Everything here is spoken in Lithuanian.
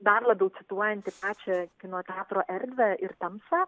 dar labiau cituojanit pačią kino teatro erdvę ir tamsą